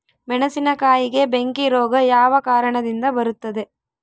ಮೆಣಸಿನಕಾಯಿಗೆ ಬೆಂಕಿ ರೋಗ ಯಾವ ಕಾರಣದಿಂದ ಬರುತ್ತದೆ?